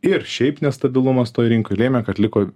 ir šiaip nestabilumas toj rinkoj lėmė kad liko